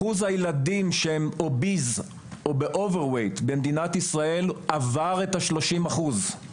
אחוז הילדים שהם במשקל יתר במדינת ישראל עבר את השלושים אחוז.